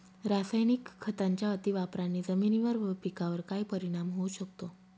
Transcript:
रासायनिक खतांच्या अतिवापराने जमिनीवर व पिकावर काय परिणाम होऊ शकतो?